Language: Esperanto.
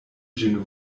ĝin